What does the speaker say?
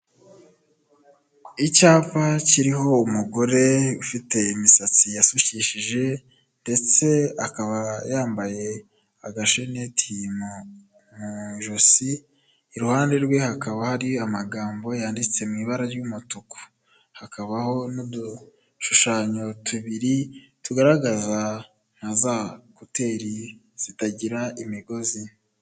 Icyapa kiriho umugore ufite imisatsi yasukishije ndetse akaba yambaye agasheneti mu ijosi, iruhande rwe hakaba hari amagambo yanditse mu ibara ry'umutuku, hakabaho n'udushushanyo tubiri tugaragaza nka za kuteri zitagira imigozi.